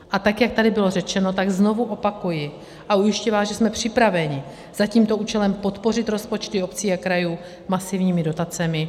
A tak jak tady bylo řečeno, znovu opakuji a ujišťuji vás, že jsme připravení za tímto účelem podpořit rozpočty obcí a krajů masivními dotacemi.